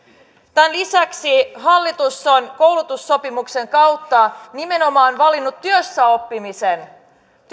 tämän lisäksi hallitus on koulutussopimuksen kautta valinnut nimenomaan työssäoppimisen